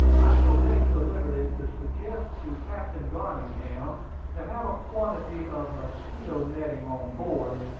i shall take the liberty to suggest to captain garningham to have a quantity of mosquito netting on board,